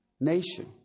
nation